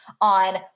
on